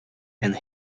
and